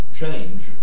change